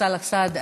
סאלח סעד,